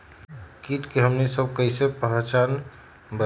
किट के हमनी सब कईसे पहचान बई?